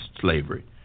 slavery